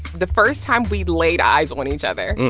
the first time we laid eyes on each other,